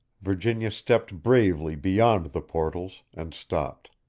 virginia stepped bravely beyond the portals, and stopped.